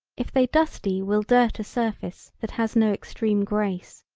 if they dusty will dirt a surface that has no extreme grace,